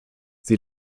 sie